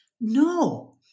No